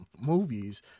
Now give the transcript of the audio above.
movies